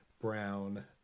brown